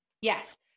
Yes